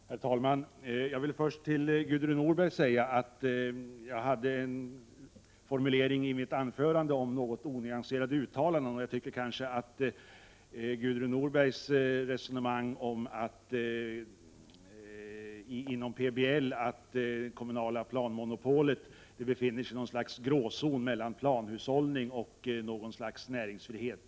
Herr talman! Jag vill först säga till Gudrun Norberg att jag hade en formulering i mitt anförande om något onyanserade uttalanden. Jag håller inte med Gudrun Norberg i hennes resonemang om att inom PBL befinner 23 sig det kommunala planmonopolet i något slags gråzon mellan planhushållning och näringsfrihet.